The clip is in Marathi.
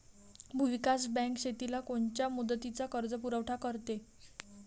भूविकास बँक शेतीला कोनच्या मुदतीचा कर्जपुरवठा करते?